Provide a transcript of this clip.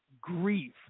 grief